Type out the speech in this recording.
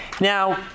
Now